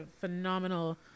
phenomenal